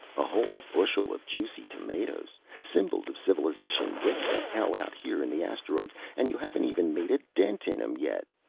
a whole bushel of juicy tomatoes symbols of civilization way the hell out here in the asteroids and you haven't even made a dent in em yet!